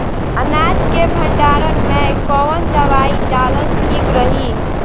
अनाज के भंडारन मैं कवन दवाई डालल ठीक रही?